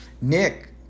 Nick